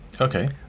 Okay